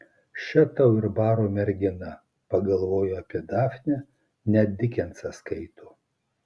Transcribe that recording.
še tau ir baro mergina pagalvojo apie dafnę net dikensą skaito